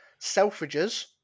Selfridges